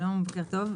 שלום, בוקר טוב.